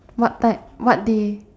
what time what day